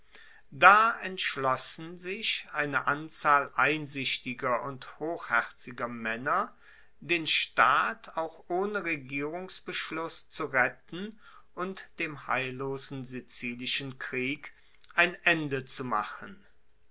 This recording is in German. da entschlossen sich eine anzahl einsichtiger und hochherziger maenner den staat auch ohne regierungsbeschluss zu retten und dem heillosen sizilischen krieg ein ende zu machen